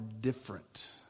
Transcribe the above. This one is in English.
different